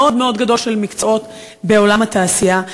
מאוד גדול של מקצועות בעולם התעשייה.